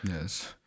Yes